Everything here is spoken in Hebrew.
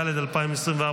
11,